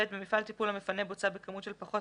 במפעל טיפול המפנה בוצה בכמות של פחות